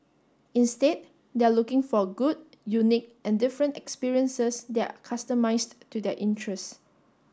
instead they are looking for good unique and different experiences that are customised to their interests